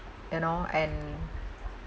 you know and